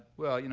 well, you know